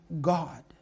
God